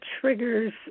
triggers